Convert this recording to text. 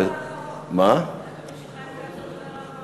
אמרו שכץ הוא הדובר האחרון.